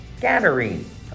Gathering